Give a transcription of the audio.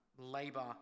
Labor